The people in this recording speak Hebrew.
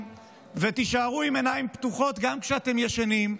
ותישארו עם עיניים פתוחות גם כשאתם ישנים,